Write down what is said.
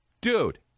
Dude